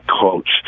coach